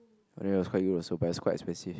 but then it was quite good also but it was quite expensive